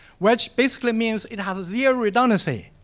which basically means it has zero redundancy